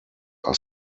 are